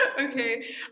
okay